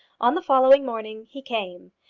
on the following morning he came,